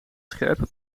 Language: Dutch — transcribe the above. scherpe